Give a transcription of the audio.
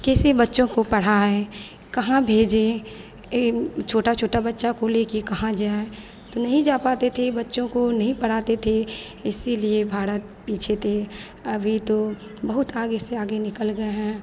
कैसे बच्चों को पढ़ाएँ कहाँ भेजें ए छोटे छोटे बच्चे को लेकर कहाँ जाएँ तो नहीं जा पाते थे बच्चों को नहीं पढ़ाते थे इसी लिए भारत पीछे था अभी तो बहुत आगे से आगे निकल गए हैं